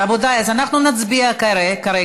רבותיי, אז אנחנו נצביע כרגע.